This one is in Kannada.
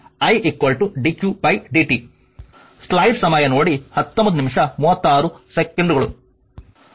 ಆದ್ದರಿಂದ ನಿಜವಾಗಿ i dqdt